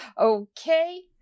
okay